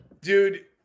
Dude